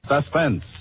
Suspense